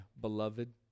beloved